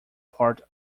part